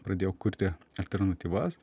pradėjo kurti alternatyvas